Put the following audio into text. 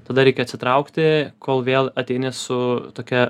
tada reikia atsitraukti kol vėl ateini su tokia